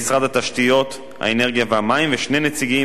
האנרגיה והמים ושני נציגים ממשרד האוצר,